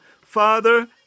Father